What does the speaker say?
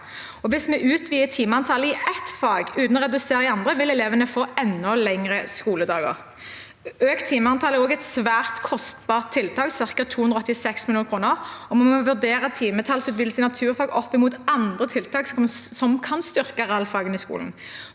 Hvis vi utvider timeantallet i ett fag uten å redusere det i et annet, vil elevene få enda lengre skoledager. Økt timetall er også et svært kostbart tiltak – ca. 286 mill. kr. Vi må vurdere timetallsutvidelse i naturfag opp mot andre tiltak som kan styrke realfagene i skolen.